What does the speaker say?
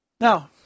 Now